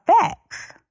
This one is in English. facts